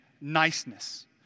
niceness